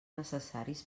necessaris